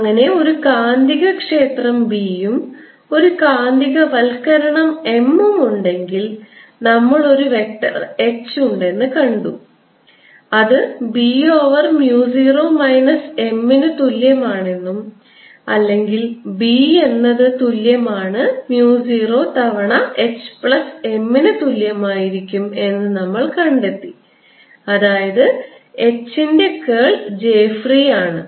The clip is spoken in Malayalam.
അങ്ങനെ ഒരു കാന്തികക്ഷേത്രം B യും ഒരു കാന്തികവൽക്കരണം M ഉണ്ടെങ്കിൽ നമ്മൾ ഒരു വെക്റ്റർ H ഉണ്ടെന്ന് കണ്ടു അത് B over mu 0 minus M ന് തുല്യമാണെന്നും അല്ലെങ്കിൽ B എന്നത് തുല്യമാണ് mu 0 തവണ H പ്ലസ് M ന് തുല്യമായിരിക്കും എന്നും നമ്മൾ കണ്ടെത്തി അതായത് H ന്റെ കേൾ j free ആണ്